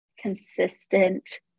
consistent